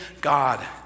God